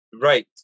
right